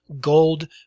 Gold